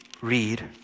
read